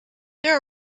there